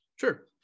sure